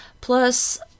plus